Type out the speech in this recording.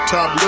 Top